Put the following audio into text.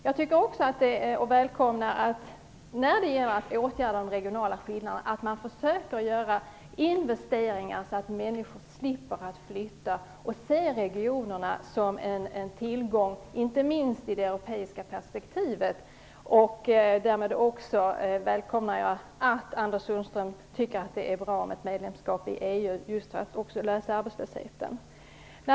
Jag välkomnar också att man när det gäller att åtgärda de regionala skillnaderna försöker göra investeringar så att människor slipper flytta och att man ser regionerna som en tillgång, inte minst i det europeiska perspektivet. Därmed välkomnar jag också att Anders Sundström tycker att det är bra med ett medlemskap i EU också för att lösa arbetslöshetsproblemen.